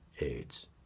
AIDS